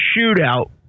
shootout